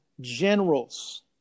generals